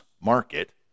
market